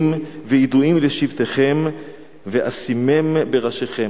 ונבֹנים וידֻעים לשבטיכם ואשימם בראשיכם".